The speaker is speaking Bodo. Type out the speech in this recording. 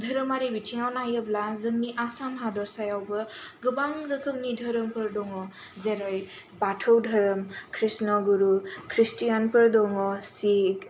धोरोमारि बिथिङाव नायोब्ला जोंनि आसाम हादरसायावबो गोबां रोखोमनि धोरोमफोर दङ जेरै बाथौ धोरोम कृष्ण गुरु खृस्तियानफोर दङ सिख